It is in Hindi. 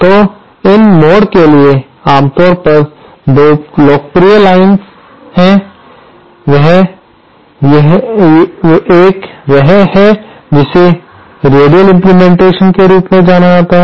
तो इन मोर के लिए आमतौर पर 2 लोकप्रिय लाइन है एक वह है जिसे रेडियल इम्प्लीमेंटेशन के रूप में जाना जाता है